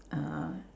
uh